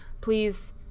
please